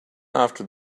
after